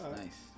nice